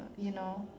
you know